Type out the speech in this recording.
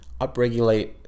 upregulate